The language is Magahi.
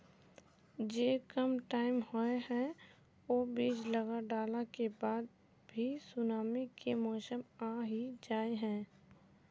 जो कम टाइम होये है वो बीज लगा डाला के बाद भी सुनामी के मौसम आ ही जाय है?